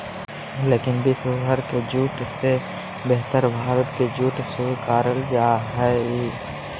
लेकिन विश्व भर के जूट से बेहतर भारत के जूट स्वीकारल जा हइ